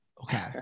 Okay